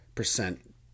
percent